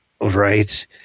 Right